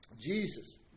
Jesus